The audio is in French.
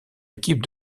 équipes